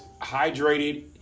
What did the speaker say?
hydrated